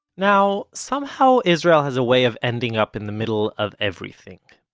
now, somehow israel has a way of ending up in the middle of everything.